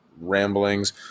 ramblings